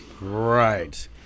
Right